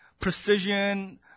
precision